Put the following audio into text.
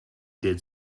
did